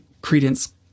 Credence